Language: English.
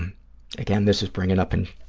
again, this is bringing up and